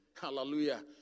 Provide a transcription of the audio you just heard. hallelujah